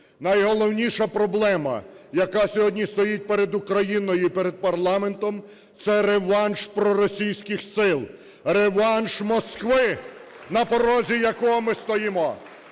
Найголовніша проблема, яка сьогодні стоїть перед Україною і перед парламентом – це реванш проросійських сил, реванш Москви, на порозі якого ми стоїмо.